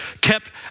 kept